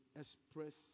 express